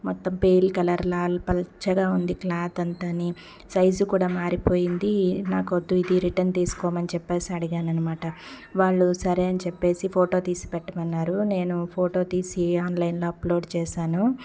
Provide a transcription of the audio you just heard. మొత్తం పేల్ కలర్లా పల్చగా ఉంది క్లాత్ అంతాని సైజు కూడా మారిపోయింది నాకొద్దు ఇది రిటన్ తీసుకోమని చెప్పేసి అడిగాననిమాట వాళ్ళు సరే అని చెప్పేసి ఫోటో తీసి పెట్టమన్నారు నేను ఫోటో తీసి ఆన్లైన్లో అప్లోడ్ చేశాను